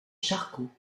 charcot